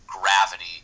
gravity